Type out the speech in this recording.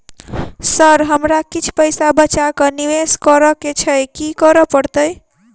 Sir हमरा किछ पैसा बचा कऽ निवेश करऽ केँ छैय की करऽ परतै?